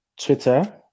twitter